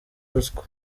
ruswa